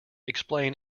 explain